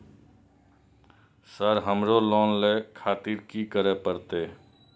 Sir हमरो loan ले खातिर की करें परतें?